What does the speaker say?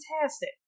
fantastic